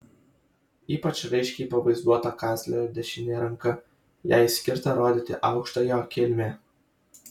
ypač raiškiai pavaizduota kanclerio dešinė ranka jai skirta rodyti aukštą jo kilmę